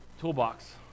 Toolbox